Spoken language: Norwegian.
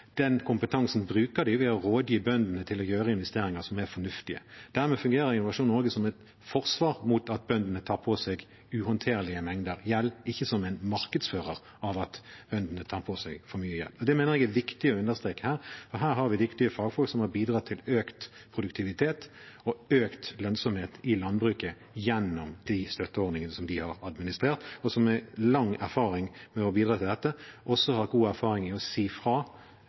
Den kompetansen bruker de ved å rådgi bøndene til å gjøre investeringer som er fornuftige. Dermed fungerer Innovasjon Norge som et forsvar mot at bøndene tar på seg uhåndterlige mengder gjeld, ikke som en markedsfører for at bøndene tar på seg for mye gjeld. Det mener jeg er viktig å understreke her, for her har vi dyktige fagfolk som har bidratt til økt produktivitet og økt lønnsomhet i landbruket gjennom de støtteordningene som de har administrert, som har lang erfaring med å bidra til dette, og som også har god erfaring med å si fra